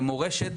מורשת,